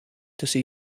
tussen